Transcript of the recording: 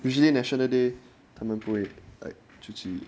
usually national day 他们不会 like 出去